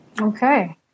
Okay